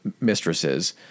mistresses